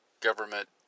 government